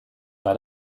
bei